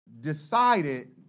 decided